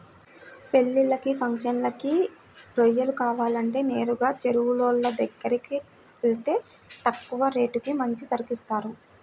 పెళ్ళిళ్ళకి, ఫంక్షన్లకి రొయ్యలు కావాలంటే నేరుగా చెరువులోళ్ళ దగ్గరకెళ్తే తక్కువ రేటుకి మంచి సరుకు ఇత్తారు